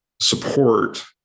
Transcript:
support